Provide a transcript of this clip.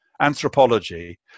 anthropology